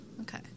Okay